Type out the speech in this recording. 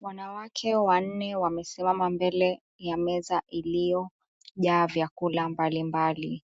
Wanawake wanne wamesimama mbele ya meza iliyojaa vyakula mbalimbali.